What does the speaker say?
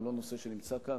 הוא לא נושא שנמצא כאן.